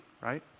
right